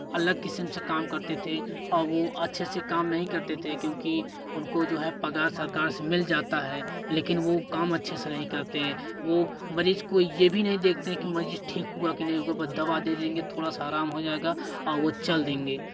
अलग किस्म से काम करते थे और वो अच्छे से काम नहीं करते थे क्योंकि उनको जो है पगार सरकार से मिल जाता है लेकिन वो काम अच्छे से नहीं करते हैं वो मरीज को ये भी नहीं देखते हैं कि मरीज ठीक हुआ कि नहीं हुआ बस दवा दे देंगे थोड़ा सा आराम हो जाएगा और वो चल देंगे